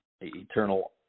eternal